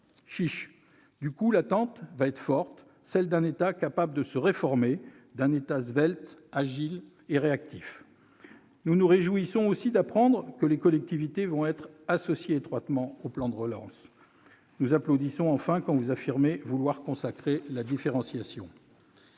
Chiche ! L'attente sera forte en faveur d'un État capable de se réformer, svelte, agile et réactif. Nous nous réjouissons aussi d'apprendre que les collectivités vont être associées étroitement au plan de relance. Nous applaudissons, enfin, quand vous affirmez vouloir consacrer la différenciation,